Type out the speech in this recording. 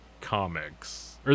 comics